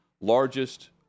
largest